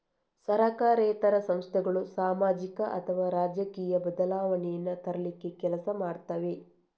ಸರಕಾರೇತರ ಸಂಸ್ಥೆಗಳು ಸಾಮಾಜಿಕ ಅಥವಾ ರಾಜಕೀಯ ಬದಲಾವಣೆಯನ್ನ ತರ್ಲಿಕ್ಕೆ ಕೆಲಸ ಮಾಡ್ತವೆ